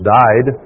died